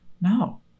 No